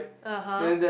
(uh huh)